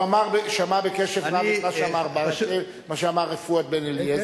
הוא שמע בקשב רב את מה שאמר ברכה ומה שאמר פואד בן-אליעזר.